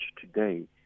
today